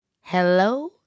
Hello